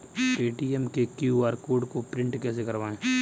Paytm के QR code को print कैसे करवाएँ?